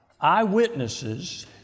eyewitnesses